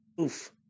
oof